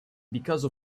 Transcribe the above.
because